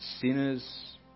sinners